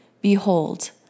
Behold